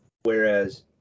whereas